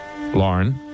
Lauren